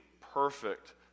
perfect